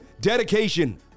dedication